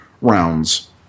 rounds